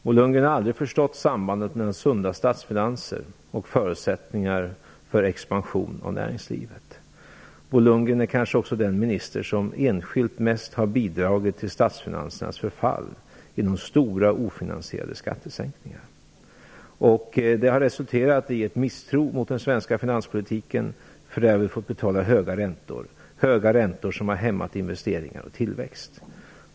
Bo Lundgren har aldrig förstått sambandet mellan sunda statsfinanser och förutsättningar för expansion inom näringslivet. Bo Lundgren är kanske också den minister som enskilt mest har bidragit till statsfinansernas förfall genom stora, ofinansierade skattesänkningar. Det har resulterat i en misstro mot den svenska finanspolitiken, och för det har vi fått betala höga räntor, höga räntor som har hämmat investeringar och tillväxt.